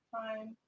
time